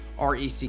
REC